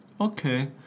Okay